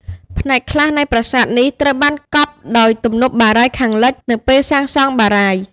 ផ្នែកខ្លះនៃប្រាសាទនេះត្រូវបានកប់ដោយទំនប់បារាយណ៍ខាងលិចនៅពេលសាងសង់បារាយណ៍។